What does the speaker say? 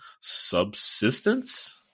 Subsistence